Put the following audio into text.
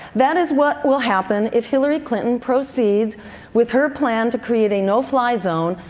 that is what will happen if hillary clinton proceeds with her plan to create a no-fly zone.